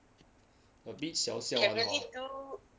a bit siao siao like that hor